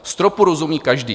Stropu rozumí každý.